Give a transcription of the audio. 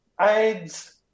AIDS